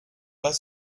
pas